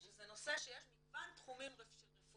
שזה נושא שיש מגוון תחומים של רפואה,